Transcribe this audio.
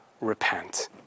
repent